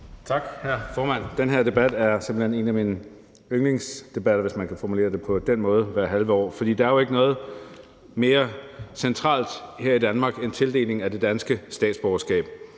Tak, hr. formand. Den her debat hvert halve år er simpelt hen en af mine yndlingsdebatter, hvis man kan formulere det på den måde. For der er jo ikke noget mere centralt her i Danmark end tildeling af det danske statsborgerskab.